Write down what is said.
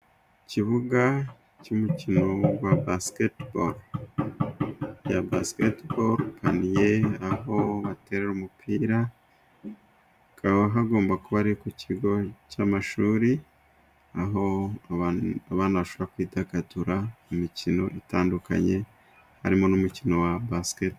Ikibuga cy'umukino wa basiketiboro. Ipaniye iri aho batera umupira. Hakaba hagomba kuba ari ku kigo cy'amashuri, aho bidagadurira imikino itandukanye harimo n'umukino wa basiketiboro.